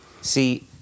See